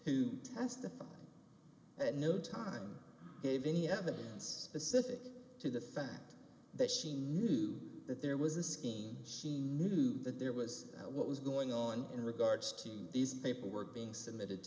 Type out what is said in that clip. who testified at no time gave any evidence pacific to the fact that she knew that there was a scheme she knew that there was what was going on in regards to these people were being submitted